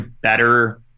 better